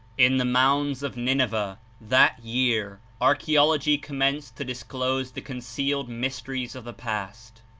in the mounds of nineveh, that year, archaeology commenced to disclose the concealed mysteries of the past.